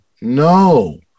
no